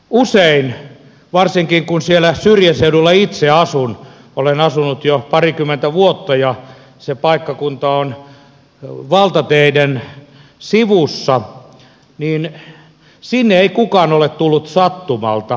usein varsinkin kun siellä syrjäseudulla itse asun olen asunut jo parikymmentä vuotta ja se paikkakunta on valtateiden sivussa sinne ei kukaan ole tullut sattumalta